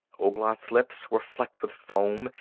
ouglat's lips were flecked with foam,